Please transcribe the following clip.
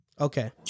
Okay